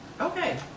Okay